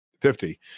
fifty